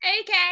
Okay